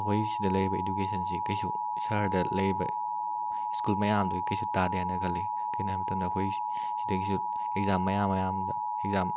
ꯑꯩꯈꯣꯏ ꯁꯤꯗ ꯂꯩꯔꯤꯕ ꯏꯗꯨꯀꯦꯁꯟꯁꯤ ꯀꯩꯁꯨ ꯁꯍꯔꯗ ꯂꯩꯔꯤꯕ ꯁ꯭ꯀꯨꯜ ꯃꯌꯥꯝꯗꯨꯗꯩ ꯀꯔꯤꯁꯨ ꯇꯥꯗꯦ ꯍꯥꯏꯅ ꯈꯜꯂꯤ ꯀꯩꯒꯤꯅꯣ ꯍꯥꯏꯕ ꯃꯇꯝꯗ ꯑꯩꯈꯣꯏ ꯁꯤꯗꯒꯤꯁꯨ ꯑꯦꯛꯖꯥꯝ ꯃꯌꯥꯝ ꯃꯌꯥꯝꯗ ꯑꯦꯛꯖꯥꯝ